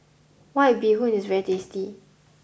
white bee hoon is very tasty